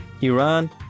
Iran